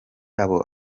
abo